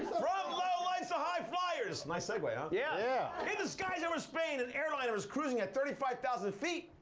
from low life's to high flyers. nice segue, huh? yeah yeah in the skies over spain, an airliner was cruising at thirty five thousand feet,